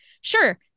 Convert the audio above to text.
sure